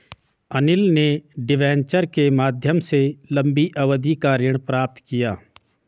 अनिल ने डिबेंचर के माध्यम से लंबी अवधि का ऋण प्राप्त किया